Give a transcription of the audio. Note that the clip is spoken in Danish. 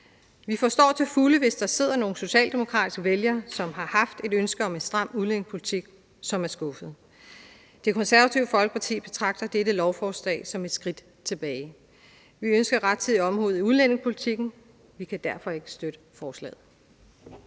Vi forstår til fulde, hvis der sidder nogle socialdemokratiske vælgere, der har haft et ønske om en stram udlændingepolitik, som er skuffede. Det Konservative Folkeparti betragter dette lovforslag som et skridt tilbage. Vi ønsker rettidig omhu i udlændingepolitikken, og vi kan derfor ikke støtte forslaget.